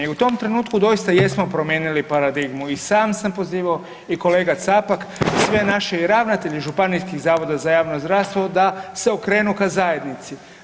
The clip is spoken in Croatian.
I u tom trenutku doista jesmo promijenili paradigmu i sam sa pozivao i kolega Capak i sve naše i ravnatelje županijskih zavoda za javno zdravstvo da se okrenu ka zajednici.